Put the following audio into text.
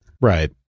Right